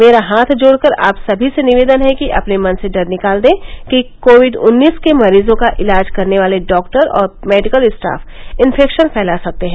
मेरा हाथ जोड़ कर आप सभी से निवेदन है कि अपने मन से डर निकाल दें कि कोविड उन्नीस के मरीजों का इलाज करने वाले डाक्टर और मेडिकल स्टाफ इन्फेक्शन फैला सकते हैं